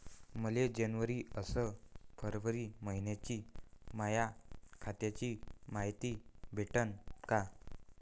मले जनवरी अस फरवरी मइन्याची माया खात्याची मायती भेटन का?